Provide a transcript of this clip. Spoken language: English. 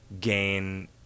gain